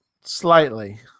slightly